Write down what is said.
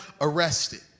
arrested